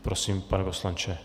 Prosím, pane poslanče.